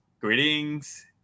greetings